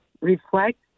reflect